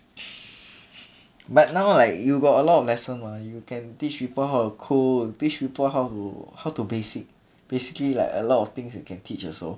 but now like you got a lot of lesson mah you can teach people how to cook teach people how to how to basic basically like a lot of things you can teach also